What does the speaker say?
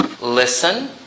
Listen